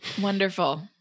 Wonderful